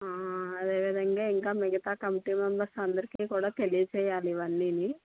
అదే విధంగా ఇంకా మిగతా కమిటీ మెంబర్స్ అందరికీ కూడా తెలియచెయ్యాలి ఇవన్నీని